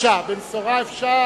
בבקשה, במשורה אפשר.